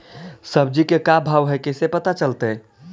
सब्जी के का भाव है कैसे पता चलतै?